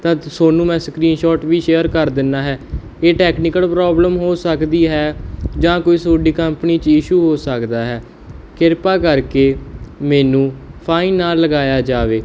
ਤਾਂ ਤੁਹਾਨੂੰ ਮੈਂ ਸਕਰੀਨਸ਼ੋਟ ਵੀ ਸ਼ੇਅਰ ਕਰ ਦਿੰਦਾ ਹਾਂ ਇਹ ਟੈਕਨੀਕਲ ਪ੍ਰੋਬਲਮ ਹੋ ਸਕਦੀ ਹੈ ਜਾਂ ਕੋਈ ਤੁਹਾਡੀ ਕੰਪਨੀ 'ਚ ਇਸ਼ੂ ਹੋ ਸਕਦਾ ਹੈ ਕਿਰਪਾ ਕਰਕੇ ਮੈਨੂੰ ਫਾਈਨ ਨਾ ਲਗਾਇਆ ਜਾਵੇ